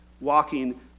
walking